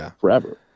forever